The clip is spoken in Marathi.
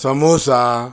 समोसा